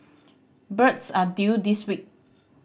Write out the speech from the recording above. birds are due this week